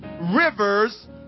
rivers